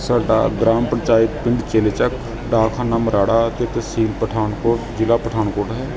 ਸਾਡਾ ਗ੍ਰਾਮ ਪੰਚਾਇਤ ਪਿੰਡ ਚੇਲੇ ਚੱਕ ਡਾਕਖਾਨਾ ਮਰਾੜਾ ਅਤੇ ਤਹਿਸੀਲ ਪਠਾਨਕੋਟ ਜ਼ਿਲ੍ਹਾ ਪਠਾਨਕੋਟ ਹੈ